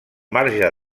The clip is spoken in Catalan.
marge